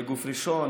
בגוף ראשון,